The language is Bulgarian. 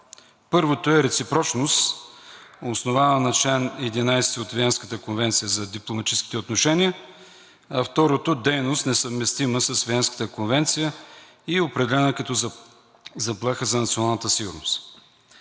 Първото е реципрочност, основана на чл. 11 от Виенската конвенция за дипломатическите отношения, а второто – дейност, несъвместима с Виенската конвенция, и е определена като заплаха за националната сигурност.